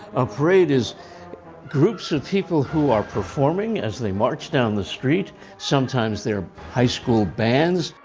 a parade is groups of people who are performing as they march down the street. sometimes there are high school bands.